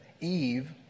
Eve